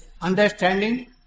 understanding